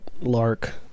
Lark